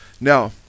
Now